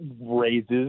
raises